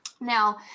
Now